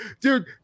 dude